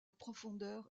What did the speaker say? profondeur